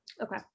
Okay